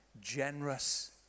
generous